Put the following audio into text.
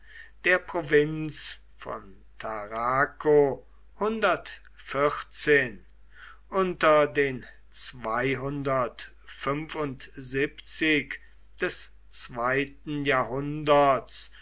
der provinz von tarraco unter den des zweiten jahrhunderts